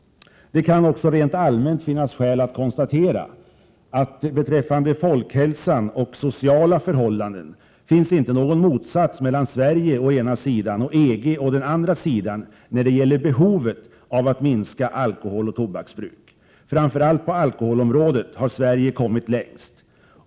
Det kan också rent allmänt finnas skäl att konstatera att om man ser till folkhälsa och sociala förhållanden finns inte någon motsats mellan Sverige å ena sidan och EG å den andra när det gäller behovet av att minska alkoholoch tobaksbruk. Framför allt på alkoholområdet har Sverige nu kommit längst.